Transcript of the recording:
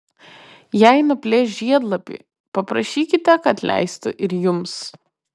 jei nuplėš žiedlapį paprašykite kad leistų ir jums